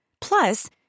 Plus